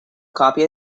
copy